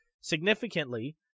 Significantly